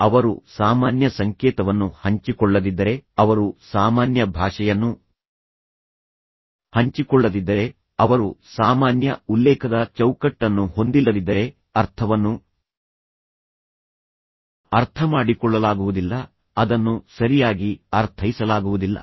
ಅವರು ಸಾಮಾನ್ಯ ಸಂಕೇತವನ್ನು ಹಂಚಿಕೊಳ್ಳದಿದ್ದರೆ ಅವರು ಸಾಮಾನ್ಯ ಭಾಷೆಯನ್ನು ಹಂಚಿಕೊಳ್ಳದಿದ್ದರೆ ಅವರು ಸಾಮಾನ್ಯ ಉಲ್ಲೇಖದ ಚೌಕಟ್ಟನ್ನು ಹೊಂದಿಲ್ಲದಿದ್ದರೆ ಅರ್ಥವನ್ನು ಅರ್ಥಮಾಡಿಕೊಳ್ಳಲಾಗುವುದಿಲ್ಲ ಅದನ್ನು ಸರಿಯಾಗಿ ಅರ್ಥೈಸಲಾಗುವುದಿಲ್ಲ